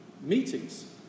meetings